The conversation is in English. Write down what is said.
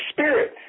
Spirit